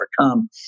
overcome